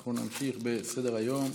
אנחנו נמשיך בסדר-היום,